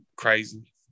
crazy